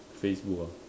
Facebook ah